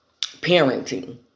parenting